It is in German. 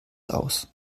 aus